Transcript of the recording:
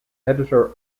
editor